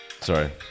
sorry